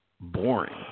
boring